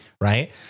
right